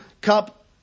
cup